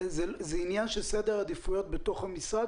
האם זה עניין של סדר עדיפויות בתוך המשרד,